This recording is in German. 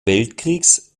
weltkriegs